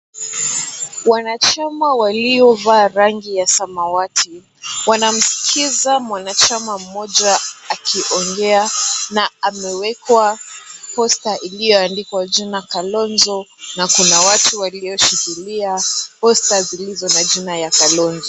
Wanachama waliovaa rangi ya samawati wanamsikiza mwanachama mmoja akiongea na amewekwa poster iliyoandikwa jina Kalonzo na kuna watu walioshikilia poster zilizo na jina ya Kalonzo.